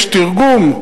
יש תרגום,